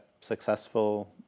successful